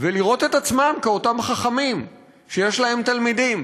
ולראות את עצמם כאותם חכמים שיש להם תלמידים,